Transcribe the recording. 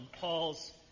Paul's